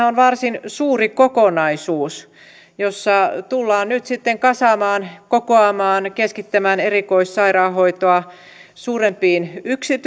on varsin suuri kokonaisuus jossa tullaan nyt sitten kasaamaan kokoamaan keskittämään erikoissairaanhoitoa suurempiin